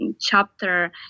chapter